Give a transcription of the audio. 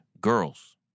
girls